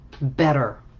better